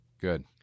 Good